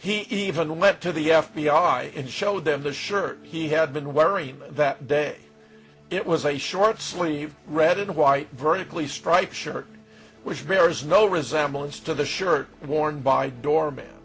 he even went to the f b i and showed them the shirt he had been wearing that day it was a short sleeved red and white vertically striped shirt which bears no resemblance to the shirt worn by doorman